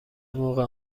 موقع